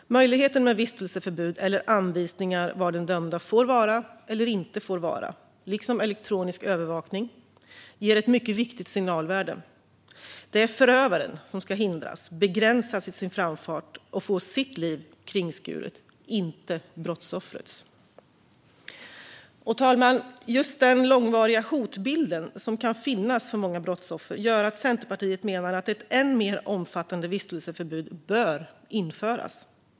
Möjligheten med vistelseförbud eller anvisningar om var den dömde får vara eller inte vara liksom elektronisk övervakning har ett viktigt signalvärde: Det är förövaren, inte brottsoffret, som ska hindras, begränsas i sin framfart och få sitt liv kringskuret. Fru talman! Just den långvariga hotbild som kan finnas för många brottsoffer gör att Centerpartiet menar att ett än mer omfattande vistelseförbud bör införas.